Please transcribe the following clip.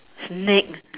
snake